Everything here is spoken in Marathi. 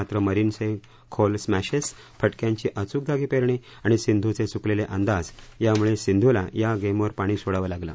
मात्र मरीनचे खोल स्मर्धील फटक्यांची अचूक जागी पेरणी आणि सिंधूचे चुकलेले अंदाज यामुळे सिंधूला या गेमवर पाणी सोडावं लागलं